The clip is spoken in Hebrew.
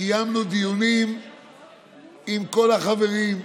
קיימנו בו דיונים עם כל החברים,